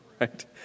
right